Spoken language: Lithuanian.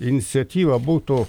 iniciatyva būtų